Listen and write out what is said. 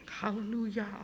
Hallelujah